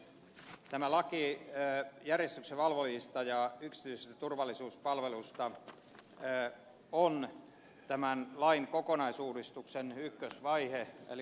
tämä laki järjestyksenvalvojista ja yksityisistä turvallisuuspalveluista on tämän lain kokonaisuudistuksen ykkösvaihe eli kun ed